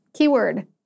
Keyword